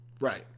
Right